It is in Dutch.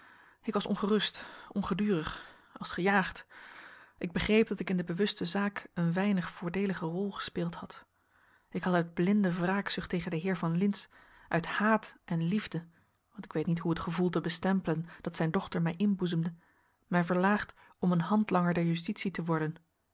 ik was ongerust ongedurig als gejaagd ik begreep dat ik in de bewuste zaak een weinig voordeelige rol gespeeld had ik had uit blinde wraakzucht tegen den heer van lintz uit haat en liefde want ik weet niet hoe het gevoel te bestempelen dat zijn dochter mij inboezemde mij verlaagd om een handlanger der justitie te worden en